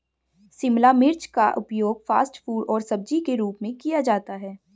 शिमला मिर्च का उपयोग फ़ास्ट फ़ूड और सब्जी के रूप में किया जाता है